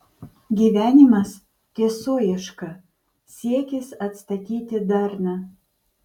gyvenimas tiesoieška siekis atstatyti darną